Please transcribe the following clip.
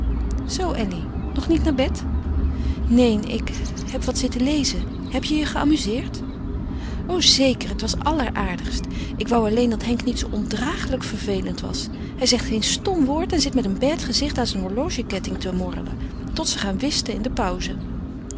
zoo elly nog niet naar bed neen ik heb wat zitten lezen heb je je geamuzeerd o zeker het was alleraardigst ik wou alleen dat henk niet zoo ondragelijk vervelend was hij zegt geen stom woord en zit met zijn bête gezicht aan zijn horlogeketting te morrelen tot ze gaan whisten in de pauzen